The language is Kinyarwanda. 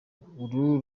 ubu